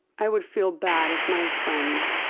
i would feel bad if my friend,